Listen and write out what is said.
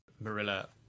Marilla